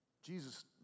Jesus